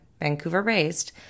Vancouver-raised